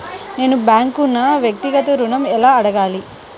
నేను బ్యాంక్ను వ్యక్తిగత ఋణం ఎలా అడగాలి?